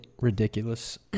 ridiculous